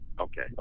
okay